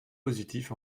positifs